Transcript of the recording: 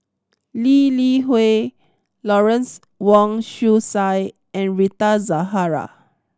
Lee Li Hui Lawrence Wong Shyun Tsai and Rita Zahara